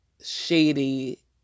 shady